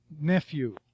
nephew